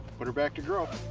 put her back to grow.